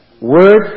Word